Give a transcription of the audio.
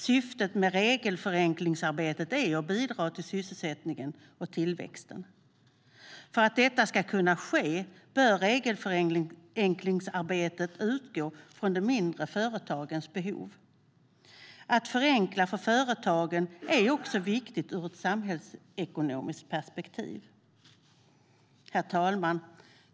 Syftet med regelförenklingsarbetet är att bidra till sysselsättningen och tillväxten. För att det ska kunna ske bör regelförenklingsarbetet utgå från de mindre företagens behov. Att förenkla för företagen är viktigt också ur ett samhällsekonomiskt perspektiv. Herr ålderspresident!